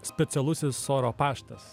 specialusis oro paštas